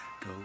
go